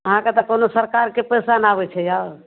अहाँकेॅं तऽ कोनो सरकारके पैसा नहि आबै छै यौ